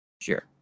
sure